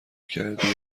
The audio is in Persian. کردی